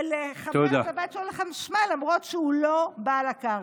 ולחבר את הבית שלו לחשמל למרות שהוא לא בעל הקרקע.